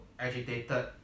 agitated